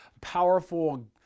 powerful